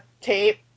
tape